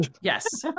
yes